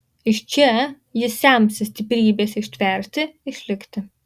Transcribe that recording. iš čia jis semsis stiprybės ištverti išlikti